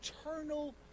eternal